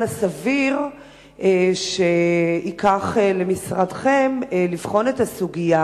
הסביר שייקח למשרדכם לבחון את הסוגיה